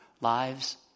lives